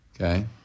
Okay